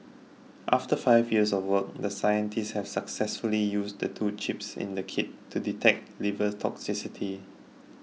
after five years of work the scientists have successfully used the two chips in the kit to detect liver toxicity